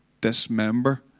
dismember